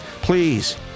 Please